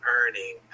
earning